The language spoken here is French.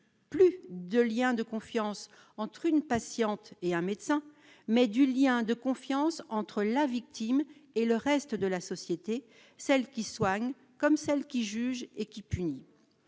plus de lien de confiance entre une patiente et un médecin, mais du lien de confiance entre la victime et le reste de la société, celle qui soigne comme celle qui juge et qui punit